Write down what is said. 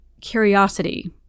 curiosity